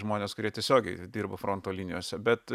žmonės kurie tiesiogiai dirba fronto linijose bet